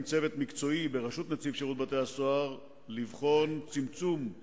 צוות מקצועי בראשות נציב שירות בתי-הסוהר לבחון צמצום של